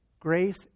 Grace